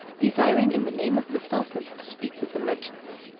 desiring in the name of the sultan to speak with the merchants.